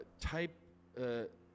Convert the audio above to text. Type